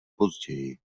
později